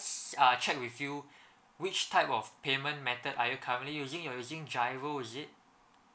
s~ uh check with you which type of payment method are you currently using you are using G_I_R_O is it